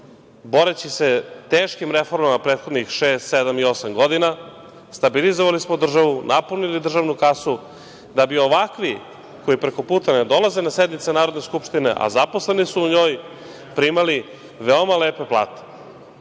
boreći se teškim reformama prethodnih šest, sedam i osam godina, stabilizovali smo državu, napunili državnu kasu, da bi ovakvi, koji preko puta ne dolaze na sednice Narodne skupštine, a zaposleni su u njoj, primali veoma lepe plate.I